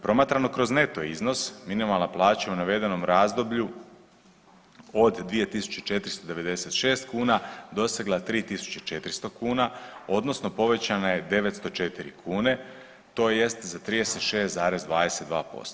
Promatrano kroz neto iznos minimalna plaća u navedenom razdoblju od 2.496 kuna dosegla je 3.400 kuna odnosno povećana je 904 kune tj. za 36,22%